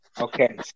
Okay